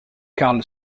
karl